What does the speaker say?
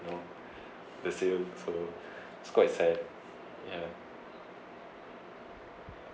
you know the sale so it's quite sad